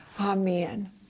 Amen